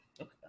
Okay